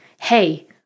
hey